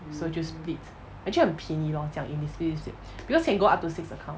so 就 split actually 很便宜 lor 这样 split split split because can go up to six account